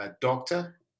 doctor